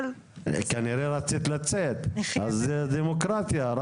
אבל כנראה רצית לצאת אז זה דמוקרטיה,